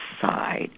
side